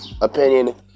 opinion